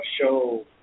show